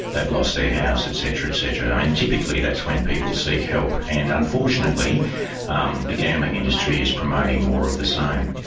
they've lost their house, et cetera, et cetera. i mean, typically that's when people seek help and unfortunately um the gambling industry is promoting more of the same.